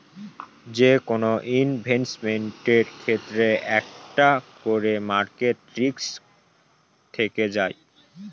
যেকোনো ইনভেস্টমেন্টের ক্ষেত্রে একটা করে মার্কেট রিস্ক থেকে যায়